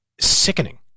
sickening